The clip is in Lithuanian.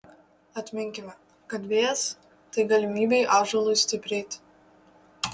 atminkime kad vėjas tai galimybė ąžuolui stiprėti